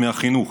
מהחינוך.